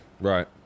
Right